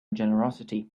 generosity